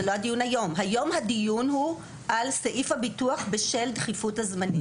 היום הדיון הוא על סעיף הביטוח בשל דחיפות הזמנים.